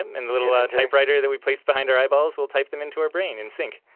um and the little typewriter that we place behind our eyeballs will type them into our brain in sync.